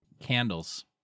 Candles